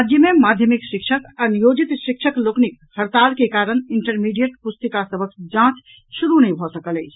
राज्य मे माध्यमिक शिक्षक आ नियोजित शिक्षक लोकनिक हड़ताल के कारण इंटरमीडिएट पुस्तिका सभक जांच शुरू नहि भऽ सकल अछि